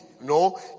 No